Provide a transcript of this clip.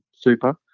super